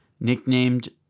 Nicknamed